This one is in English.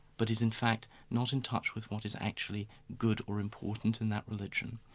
but is in fact not in touch with what is actually good or important in that religion.